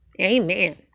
Amen